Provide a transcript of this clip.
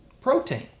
protein